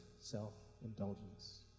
self-indulgence